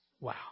Wow